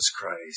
Christ